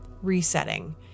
resetting